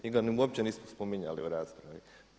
Njega uopće nismo spominjali u raspravi.